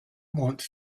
want